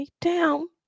down